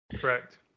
Correct